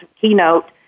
keynote